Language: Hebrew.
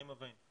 אני מבין.